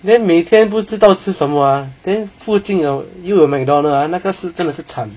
then 每天不知道吃什么 ah then 附近又有 Mcdonald 那个是真的是 chan